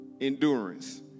endurance